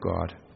God